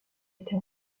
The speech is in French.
été